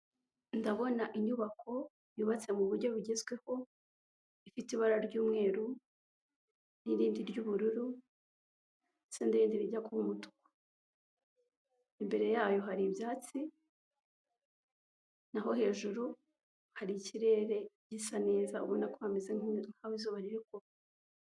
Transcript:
Ndabona inyubako yubatse mu buryo bugezweho ifite ibara ry'umweru n'irindi ry'ubururu ndetse n'irindi rijya kuba umutiuku, imbere yayo hari ibyatsi naho hejuru hari ikirere gisa neza ubona ko hameze nk'impinduka nkaho izuba riri kuva.